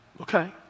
okay